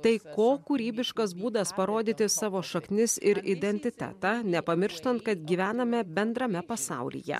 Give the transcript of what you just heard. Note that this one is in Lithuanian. tai ko kūrybiškas būdas parodyti savo šaknis ir identitetą nepamirštant kad gyvename bendrame pasaulyje